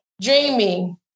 dreaming